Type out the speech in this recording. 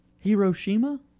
Hiroshima